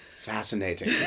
fascinating